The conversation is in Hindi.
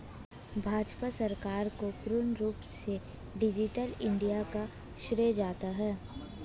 भाजपा सरकार को पूर्ण रूप से डिजिटल इन्डिया का श्रेय जाता है